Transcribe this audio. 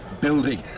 building